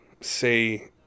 say